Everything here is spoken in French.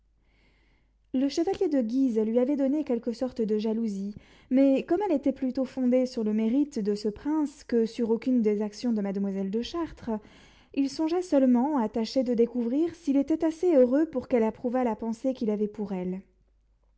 le chevalier de guise lui avait donné quelque sorte de jalousie mais comme elle était plutôt fondée sur le mérite de ce prince que sur aucune des actions de mademoiselle de chartres il songea seulement à tâcher de découvrir qu'il était assez heureux pour qu'elle approuvât la pensée qu'il avait pour elle